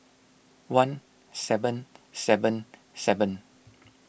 one seven seven seven